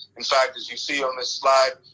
in fact, as you see on this slide,